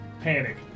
panic